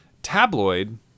Tabloid